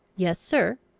yes, sir.